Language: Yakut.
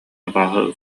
абааһы